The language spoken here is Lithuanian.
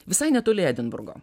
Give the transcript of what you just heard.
visai netoli edinburgo